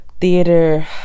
theater